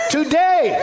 Today